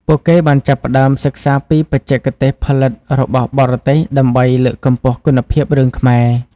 ពួកគេបានចាប់ផ្តើមសិក្សាពីបច្ចេកទេសផលិតរបស់បរទេសដើម្បីលើកកម្ពស់គុណភាពរឿងខ្មែរ។